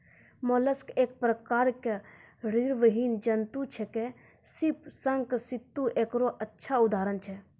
mollusc एक प्रकार के रीड़विहीन जंतु छेकै, सीप, शंख, सित्तु एकरो अच्छा उदाहरण छै